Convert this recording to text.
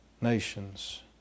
nations